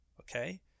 Okay